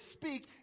speak